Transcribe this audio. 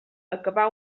acabà